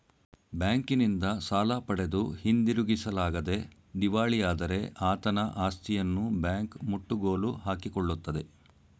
ಬ್ಯಾಂಕಿನಿಂದ ಸಾಲ ಪಡೆದು ಹಿಂದಿರುಗಿಸಲಾಗದೆ ದಿವಾಳಿಯಾದರೆ ಆತನ ಆಸ್ತಿಯನ್ನು ಬ್ಯಾಂಕ್ ಮುಟ್ಟುಗೋಲು ಹಾಕಿಕೊಳ್ಳುತ್ತದೆ